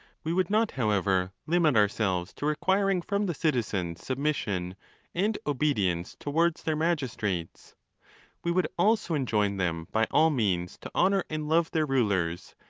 we would not, however, limit ourselves to requiring from the citizens submission and obedience towards their magis trates we would also enjoin them by all means to honour and love their rulers,